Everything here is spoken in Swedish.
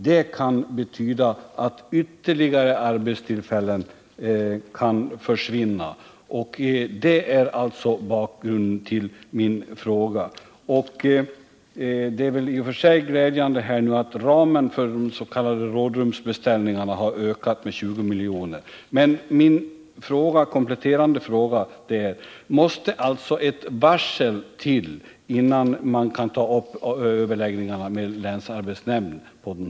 Det kan betyda att ytterligare arbetstillfällen Detta är alltså anledningen till min fråga. Det är i och för sig glädjande att ramen för de s.k. rådrumsbeställningarna har ökat med 20 milj.kr., men min kompletterande fråga blir: Måste det till ett varsel innan man kan ta upp överläggningar med länsarbetsnämnden?